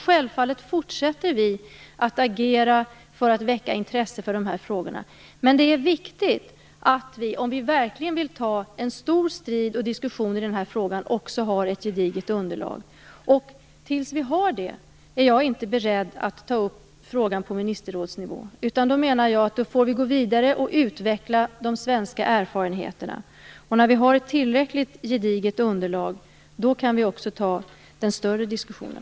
Självfallet fortsätter vi att agera för att väcka intresse för de här frågorna. Men om vi verkligen vill ta en stor strid och diskussion i den här frågan är det viktigt att vi också har ett gediget underlag. Innan vi har det är jag inte beredd att ta upp frågan på ministerrådsnivå. Då menar jag att vi får gå vidare och utveckla de svenska erfarenheterna. När vi har ett tillräckligt gediget underlag kan vi också ta den större diskussionen.